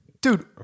Dude